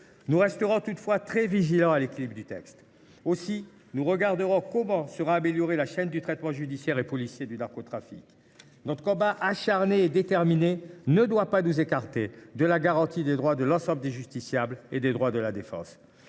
Nous resterons toutefois très vigilants quant à l’équilibre du texte. Ainsi, nous examinerons comment sera améliorée la chaîne du traitement judiciaire et policier du narcotrafic. Notre combat acharné et déterminé contre ce fléau ne doit pas s’effectuer au détriment des droits de l’ensemble des justiciables et de la défense.